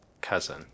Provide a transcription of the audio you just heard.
cousin